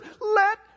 Let